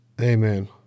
Amen